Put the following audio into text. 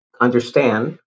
understand